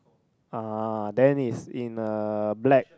uh then it's in a black